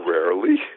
Rarely